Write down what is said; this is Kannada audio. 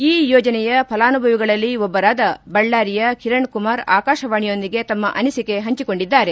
ಈ ಯೋಜನೆಯ ಫಲಾನುಭವಿಗಳಲ್ಲಿ ಒಬ್ಬರಾದ ಬಳ್ಳಾರಿಯ ಕಿರಣ್ ಕುಮಾರ್ ಆಕಾಶವಾಣಿಯೊಂದಿಗೆ ತಮ್ಮ ಅನಿಸಿಕೆ ಹಂಚಿಕೊಂಡಿದ್ದಾರೆ